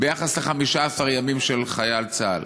לעומת 15 ימים של חייל צה"ל.